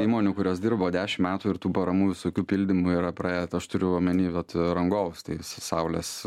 įmonių kurios dirbo dešim metų ir tų paramų visokių pildymų yra praėję aš turiu omeny vat rangovus tai saulės